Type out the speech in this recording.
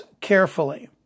carefully